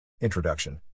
Introduction